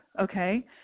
okay